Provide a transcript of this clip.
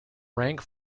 rank